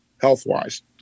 health-wise